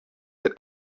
that